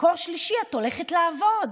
מקור שלישי: את הולכת לעבוד.